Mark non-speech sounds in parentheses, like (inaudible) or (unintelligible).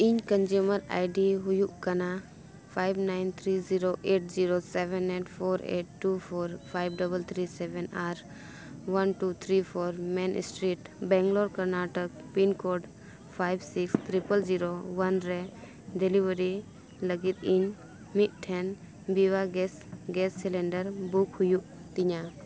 ᱤᱧ consumer ID ᱦᱩᱭᱩᱜ ᱠᱟᱱᱟ five nine three zero eight zero seven eight four eight two four five double three seven ᱟᱨ one two three four main street Bangalore Karnataka pin code five six triple zero one ᱨᱮ delivery ᱞᱟᱹᱜᱤᱫ ᱤᱧ ᱢᱤᱫᱴᱷᱮᱱ Bibha (unintelligible) gas cylinder book ᱦᱩᱭᱩᱜ ᱛᱤᱧᱟ